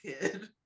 kid